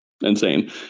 insane